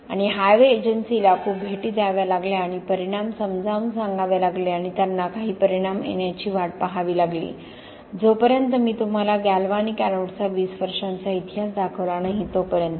आणि हायवे एजन्सीला खूप भेटी द्याव्या लागल्या आणि परिणाम समजावून सांगावे लागले आणि त्यांना काही परिणाम येण्याची वाट पहावी लागली जोपर्यंत मी तुम्हाला गॅल्व्हॅनिक एनोड्सचा 20 वर्षांचा इतिहास दाखवला नाही तोपर्यंत